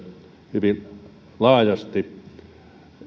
hyvin laajasti